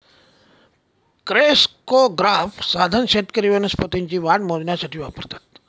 crescograph साधन शेतकरी वनस्पतींची वाढ मोजण्यासाठी वापरतात